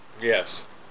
Yes